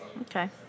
Okay